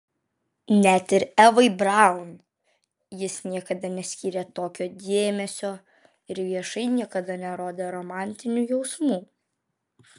net ir evai braun jis niekada neskyrė tokio dėmesio ir viešai niekada nerodė romantinių jausmų